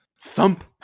Thump